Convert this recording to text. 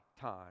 time